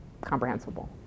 comprehensible